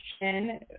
question